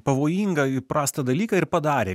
pavojingą jų prastą dalyką ir padarė